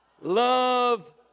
love